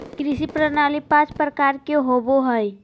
कृषि प्रणाली पाँच प्रकार के होबो हइ